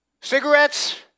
Cigarettes